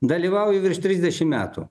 dalyvauju virš trisdešim metų